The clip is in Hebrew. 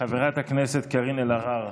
חברת הכנסת קארין אלהרר,